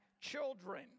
children